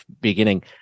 beginning